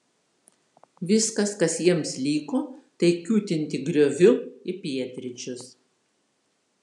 viskas kas jiems liko tai kiūtinti grioviu į pietryčius